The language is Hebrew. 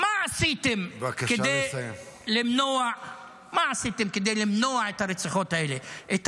מה עשיתם כדי למנוע את הרציחות האלה -- בבקשה לסיים.